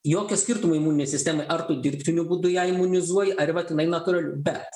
jokio skirtumo imuninei sistemai ar tu dirbtiniu būdu ją imunizuoji arba vat jinai natūraliu bet